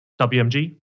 WMG